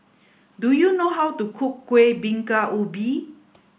do you know how to cook Kueh Bingka Ubi